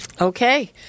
okay